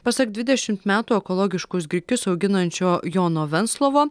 pasak dvidešimt metų ekologiškus grikius auginančio jono venslovo